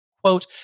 Quote